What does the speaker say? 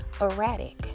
erratic